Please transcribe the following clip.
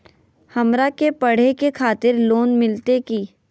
हमरा के पढ़े के खातिर लोन मिलते की?